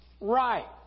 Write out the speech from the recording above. right